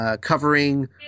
Covering